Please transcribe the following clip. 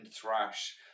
thrash